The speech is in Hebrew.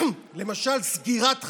למשל סגירת חנויות,